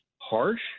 harsh